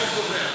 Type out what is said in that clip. מתי שהוא קובע.